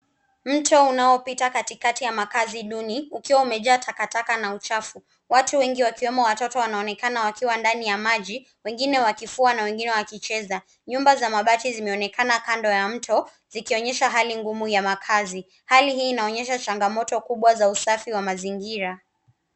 Mto unaopita katikati ya makaazi duni ukiwa umejaa takataka na uchafu watu wengi wakiwemo watoto wanonekana wakiwa ndani ya maji wengine wakifua na wengine wakicheza nyumba za mabati zimeonekana kando ya mto zikionyesha hali ngumu ya makaazi hali hii inaonyesha changamoto kubwa za usafi wa mazingira.